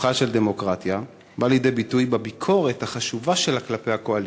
כוחה של דמוקרטיה בא לידי ביטוי בביקורת החשובה שלה כלפי הקואליציה.